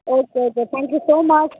okay okay thank you so much